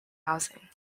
housing